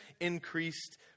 increased